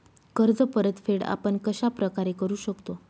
कर्ज परतफेड आपण कश्या प्रकारे करु शकतो?